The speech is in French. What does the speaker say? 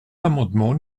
l’amendement